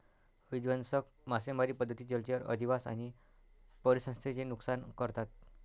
विध्वंसक मासेमारी पद्धती जलचर अधिवास आणि परिसंस्थेचे नुकसान करतात